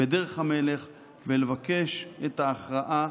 בדרך המלך ולבקש את ההכרעה